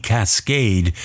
Cascade